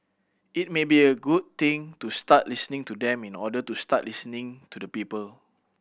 it may be a good thing to start listening to them in order to start listening to the people